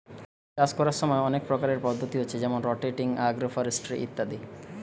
চাষ কোরার সময় অনেক প্রকারের পদ্ধতি হচ্ছে যেমন রটেটিং, আগ্রফরেস্ট্রি ইত্যাদি